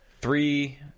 three